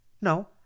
No